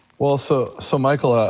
well, so so michael, ah